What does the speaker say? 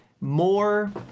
more